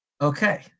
Okay